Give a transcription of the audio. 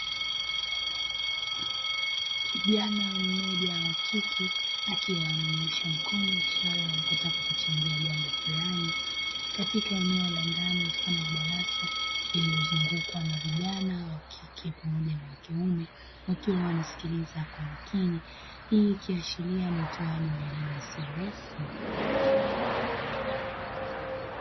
Kijana mmoja wa kike akiwa amenyoosha mkono ishara ya kutaka kuchangia jambo fulani katika eneo la ndani mfano wa darasa lililozungukwa na vijana wa kike pamoja na wa kiume wakiwa wanasikiliza kwa makini. Hii ikiashiria ni utoaji wa elimu isiyo rasmi.